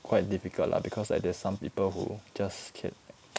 quite difficult lah because like there's some people who just k~